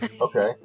Okay